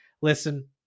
Listen